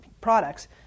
products